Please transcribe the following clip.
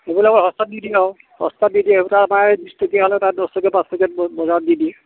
এইবিলাক সস্তাত দি দিয়ে আৰু সস্তাত দি দিয়ে এইবিলাক আমাৰ বিশ টকীয়া হ'লে তাত দহ টকা পাঁচ টকাত বজাৰত দি দিয়ে